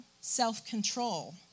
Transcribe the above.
self-control